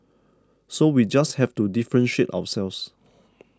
so we just have to differentiate ourselves